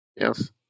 Yes